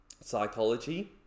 psychology